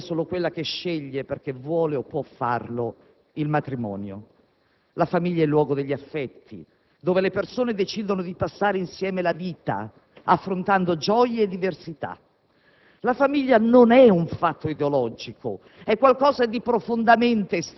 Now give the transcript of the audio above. È sbagliato ed è anche crudele considerare famiglia solo quella che sceglie, perché vuole o può farlo, il matrimonio. La famiglia è il luogo degli affetti, dove le persone decidono di passare insieme la vita affrontando gioie e diversità.